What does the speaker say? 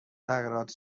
تغییرات